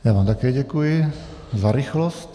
Já vám také děkuji za rychlost.